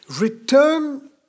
Return